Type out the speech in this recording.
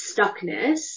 stuckness